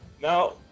Now